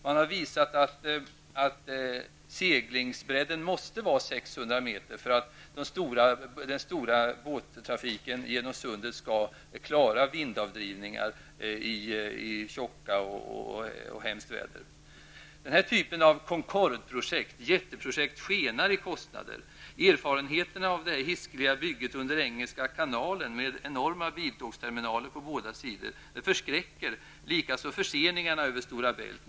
Det har visat sig att seglingsbredden måste vara 600 meter för att den stora mängden båttrafik genom sundet skall kunna klara vindavdrivningar i tjocka och dåligt väder. Den här typen av Concordeprojekt, jätteprojekt, skenar i kostnader. Erfarenheterna av det hiskeliga bygget under engelska kanalen med enorma biltågsterminaler på båda sidor förskräcker, likaså förseningarna över Stora Bält.